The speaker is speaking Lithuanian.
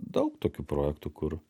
daug tokių projektų kur